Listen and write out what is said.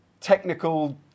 technical